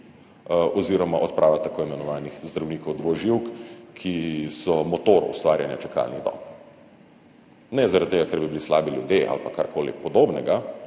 oziroma odprava tako imenovanih zdravnikov dvoživk, ki so motor ustvarjanja čakalnih dob. Ne zaradi tega, ker bi bili slabi ljudje ali pa karkoli podobnega,